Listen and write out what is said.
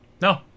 No